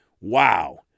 Wow